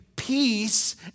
peace